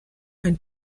ein